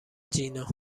جینا